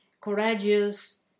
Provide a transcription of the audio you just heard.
courageous